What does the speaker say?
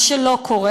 מה שלא קורה.